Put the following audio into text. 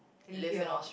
live here